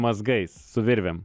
mazgais su virvėm